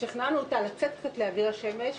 שכנענו אותה לצאת קצת לאוויר ולשמש,